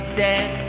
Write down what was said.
dead